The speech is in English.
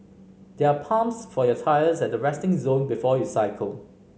there are pumps for your tyres at the resting zone before you cycle